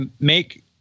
make